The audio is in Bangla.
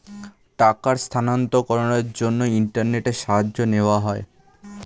টাকার স্থানান্তরকরণের জন্য ইন্টারনেটের সাহায্য নেওয়া হয়